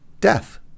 death